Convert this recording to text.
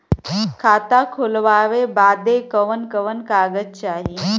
खाता खोलवावे बादे कवन कवन कागज चाही?